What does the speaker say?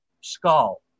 skull